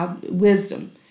wisdom